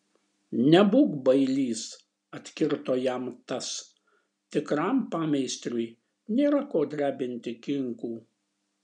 nebūk bailys atkirto jam tas tikram pameistriui nėra ko drebinti kinkų